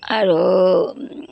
আৰু